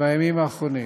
בימים האחרונים.